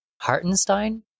Hartenstein